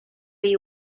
you